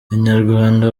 inyarwanda